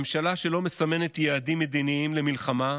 ממשלה שלא מסמנת יעדים מדיניים למלחמה,